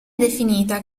definita